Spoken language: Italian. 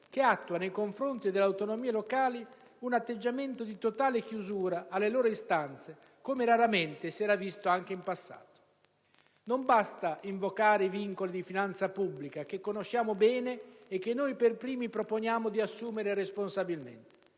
che attua nei confronti delle autonomie locali un atteggiamento di totale chiusura alle loro istanze come raramente si era visto anche in passato. Non basta invocare i vincoli di finanza pubblica, che conosciamo bene e che noi per primi proponiamo di assumere responsabilmente.